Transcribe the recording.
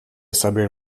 saber